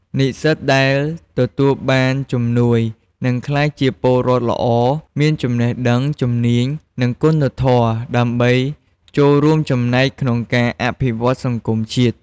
និស្សិតដែលទទួលបានជំនួយ នឹងក្លាយជាពលរដ្ឋល្អ មានចំណេះដឹង ជំនាញ និងគុណធម៌ ដើម្បីចូលរួមចំណែកក្នុងការអភិវឌ្ឍន៍សង្គមជាតិ។